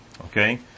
Okay